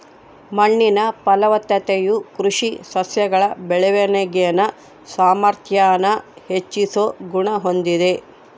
ಮಣ್ಣಿನ ಫಲವತ್ತತೆಯು ಕೃಷಿ ಸಸ್ಯಗಳ ಬೆಳವಣಿಗೆನ ಸಾಮಾರ್ಥ್ಯಾನ ಹೆಚ್ಚಿಸೋ ಗುಣ ಹೊಂದಿದೆ